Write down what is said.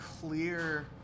clear